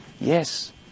Yes